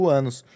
anos